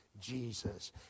Jesus